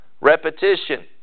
Repetition